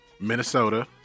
Minnesota